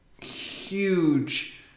huge